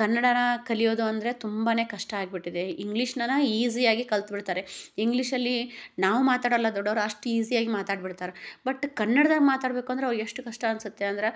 ಕನ್ನಡನ ಕಲಿಯೋದು ಅಂದರೆ ತುಂಬಾನೇ ಕಷ್ಟ ಆಗ್ಬಿಟ್ಟಿದೆ ಇಂಗ್ಲೀಷ್ನರ ಈಝಿಯಾಗಿ ಕಲ್ತ್ಬಿಡ್ತಾರೆ ಇಂಗ್ಲೀಷಲ್ಲಿ ನಾವು ಮಾತಾಡಲ್ಲ ದೊಡ್ಡವರು ಅಷ್ಟು ಈಝಿಯಾಗಿ ಮಾತಾಡ್ಬಿಡ್ತಾರೆ ಬಟ್ ಕನ್ನಡ್ದಾಗೆ ಮಾತಾಡಬೇಕು ಅಂದ್ರೆ ಅವ್ರಿಗೆ ಎಷ್ಟು ಕಷ್ಟ ಅನ್ಸುತ್ತೆ ಅಂದ್ರ